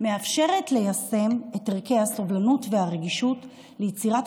מאפשרת ליישם את ערכי הסובלנות והרגישות ליצירת